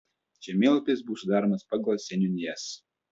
žemėlapis bus sudaromas pagal seniūnijas